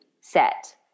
set